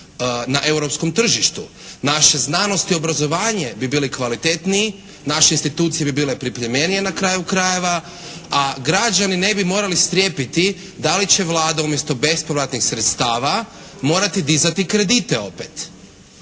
na europskom tržištu. Naša znanost i obrazovanje bi bili kvalitetniji. Naše institucije bi bile pripremljenije na kraju krajeva. A građani ne bi morali strepiti da li će Vlada umjesto bespovratnih sredstava morati dizati kredite opet.